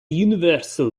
universal